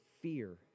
fear